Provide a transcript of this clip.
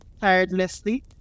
tirelessly